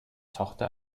tochter